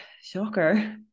shocker